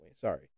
Sorry